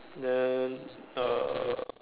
then err